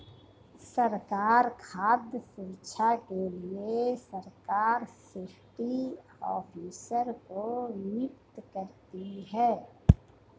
सरकार खाद्य सुरक्षा के लिए सरकार सेफ्टी ऑफिसर को नियुक्त करती है